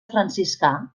franciscà